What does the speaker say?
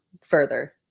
further